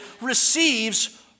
receives